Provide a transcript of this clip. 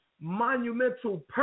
monumental